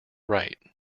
rite